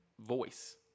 voice